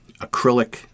acrylic